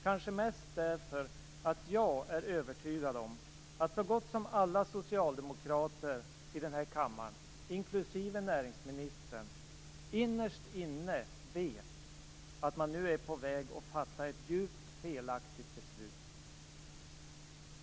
Kanske är det mest därför att jag är övertygad om att så gott som alla socialdemokrater i denna kammare, inklusive näringsministern, innerst inne vet att man nu är på väg att fatta ett djupt felaktigt beslut.